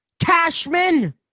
Cashman